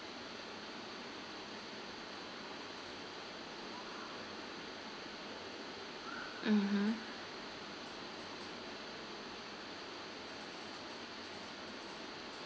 mmhmm